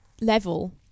level